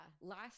Last